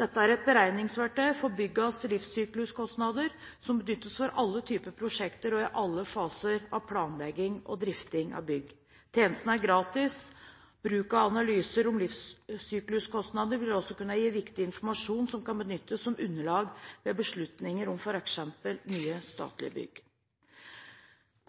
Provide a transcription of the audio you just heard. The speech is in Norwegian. Dette er et beregningsverktøy for byggenes livssykluskostnader som benyttes for alle typer prosjekter og i alle faser av planlegging og drifting av bygg. Tjenesten er gratis. Bruk av analyser om livssykluskostnader vil også kunne gi viktig informasjon som kan benyttes som underlag ved beslutninger om f.eks. nye statlige bygg.